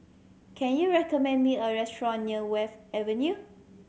can you recommend me a restaurant near Wharf Avenue